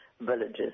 villages